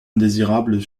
indésirables